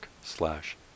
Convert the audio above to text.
slash